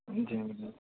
جی